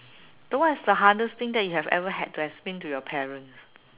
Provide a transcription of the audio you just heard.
though what is the hardest thing that you ever had to explain to your parents